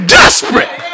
desperate